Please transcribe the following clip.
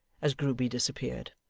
as grueby disappeared.